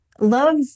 love